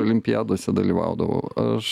olimpiadose dalyvaudavau aš